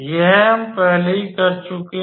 यह हम पहले ही कर चुके हैं